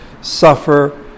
suffer